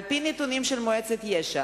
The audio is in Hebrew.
על-פי נתונים של מועצת יש"ע,